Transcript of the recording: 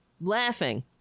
Laughing